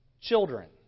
children